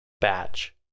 batch